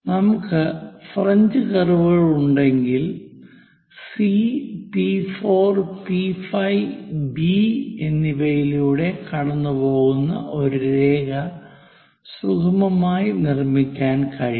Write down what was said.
നമുക്ക് ഫ്രഞ്ച് കർവുകൾ ഉണ്ടെങ്കിൽ C P four P five B C P4 P5 B എന്നിവയിലൂടെ കടന്നുപോകുന്ന ഒരു രേഖ സുഗമമായി നിർമ്മിക്കാൻ കഴിയും